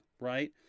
right